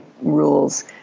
rules